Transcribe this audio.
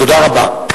תודה רבה.